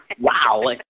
Wow